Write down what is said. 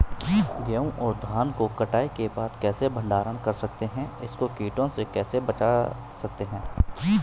गेहूँ और धान को कटाई के बाद कैसे भंडारण कर सकते हैं इसको कीटों से कैसे बचा सकते हैं?